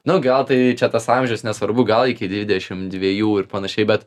nu gal tai čia tas amžius nesvarbu gal iki dvidešimt dviejų ir panašiai bet